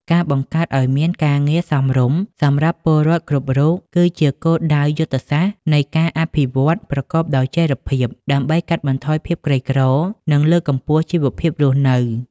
ការបង្កើតឱ្យមាន "ការងារសមរម្យ" សម្រាប់ពលរដ្ឋគ្រប់រូប គឺជាគោលដៅយុទ្ធសាស្ត្រនៃការអភិវឌ្ឍប្រកបដោយចីរភាព ដើម្បីកាត់បន្ថយភាពក្រីក្រ និងលើកកម្ពស់ជីវភាពរស់នៅ។